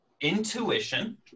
intuition